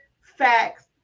facts